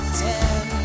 ten